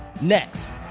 Next